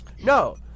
No